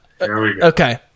okay